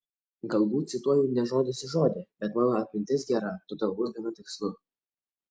galbūt cituoju ne žodis į žodį bet mano atmintis gera todėl bus gana tikslu